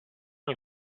nel